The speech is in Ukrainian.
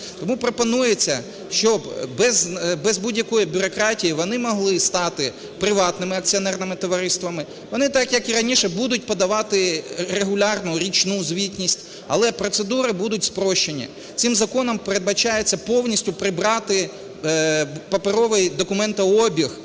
Тому пропонується, що без будь-якої демократії, вони могли стати приватними акціонерними товариствами, вони так, як і раніше, будуть подавати регулярну річну звітність, але процедури будуть спрощені. Цим законом передбачається повністю придбати паперовий документообіг